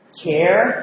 care